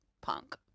punk